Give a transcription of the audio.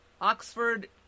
Oxford